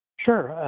sure,